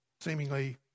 seemingly